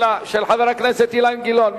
של חבר הכנסת אילן גילאון,